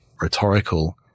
rhetorical